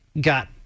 got